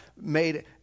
made